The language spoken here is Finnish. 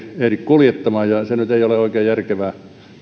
ehdi kuljettamaan se nyt ei ole oikein järkevää